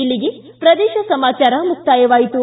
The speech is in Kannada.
ಇಲ್ಲಿಗೆ ಪ್ರದೇಶ ಸಮಾಚಾರ ಮುಕ್ತಾಯವಾಯಿತು